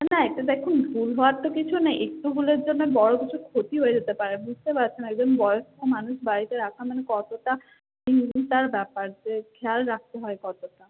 না এটা দেখুন ভুল হওয়ার তো কিছু নেই একটু ভুলের জন্যে বড় কিছু ক্ষতি হয়ে যেতে পারে বুঝতে পারছেন একজন বয়স্ক মানুষ বাড়িতে রাখা মানে কতটা চিন্তার ব্যাপার যে খেয়াল রাখতে হয় কতটা